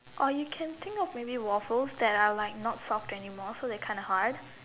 or you can think of maybe waffles that are like not soft anymore so there are kinda hard